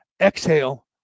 exhale